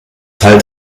halt